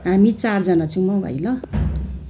हामी चारजना छौँ हौ भाइ ल